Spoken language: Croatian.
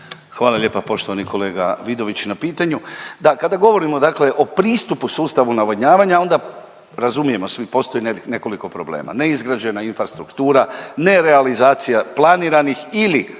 Hvala lijepa poštovani kolega Vidović na pitanju. Da, kada govorimo dakle o pristupu sustava navodnjavanja onda razumijemo svi postoji nekoliko problema, neizgrađena infrastruktura, ne realizacija planiranih ili